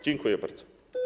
Dziękuję bardzo.